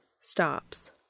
stops